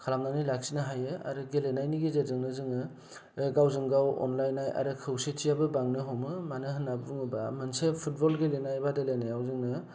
खालामनानै लाखिनो हायो आरो गेलेनायनि गेजेरजोंनो जोङो गावजों गाव अनलायनाय आरो खौसेथियाबो बांनो हमो मानो होनना बुङोबा मोनसे फुटबल गेलेनाय बादायलायनायाव जोङो